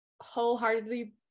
wholeheartedly